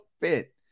fit